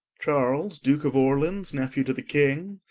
charles duke of orleance, nephew to the king,